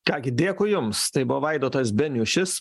ką gi dėkui jums tai buvo vaidotas beniušis